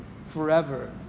forever